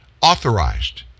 authorized